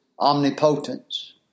omnipotence